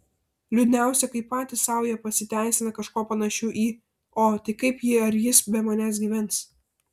liūdniausia kai patys sau jie pasiteisina kažkuo panašiu į o tai kaip ji ar jis be manęs gyvens